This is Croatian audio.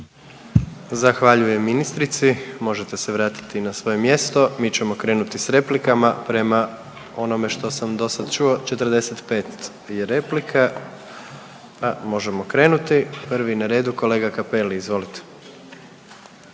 Zahvaljujem ministrici, možete se vratiti na svoje mjesto. Mi ćemo krenuti s replikama, prema onome što sam do sad čuo 45 je replika pa možemo krenuti. Prvi na redu kolega Cappelli izvolite.